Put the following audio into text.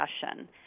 discussion